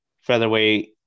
featherweight